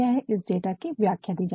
इस डाटा की व्याख्या दी जाती है